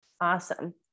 Awesome